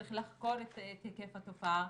צריך לחקור את היקף התופעה,